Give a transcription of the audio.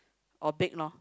or bake lor